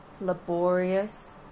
laborious